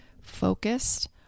focused